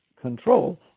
control